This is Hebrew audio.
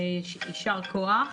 ויישר כוח.